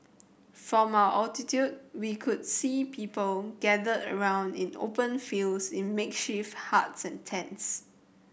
from our altitude we could see people gathered around in the open fields in makeshift huts and tents